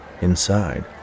Inside